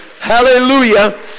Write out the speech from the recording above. hallelujah